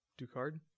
Ducard